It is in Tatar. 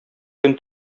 көн